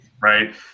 right